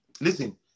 Listen